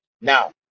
now